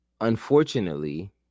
unfortunately